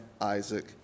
Isaac